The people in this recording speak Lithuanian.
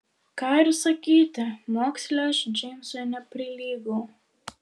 ką ir sakyti moksle aš džeimsui neprilygau